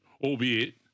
albeit